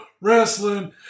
Wrestling